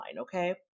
Okay